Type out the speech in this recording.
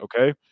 okay